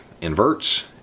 inverts